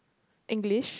English